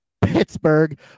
Pittsburgh